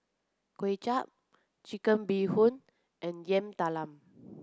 Kuay Chap Chicken Bee Hoon and Yam Talam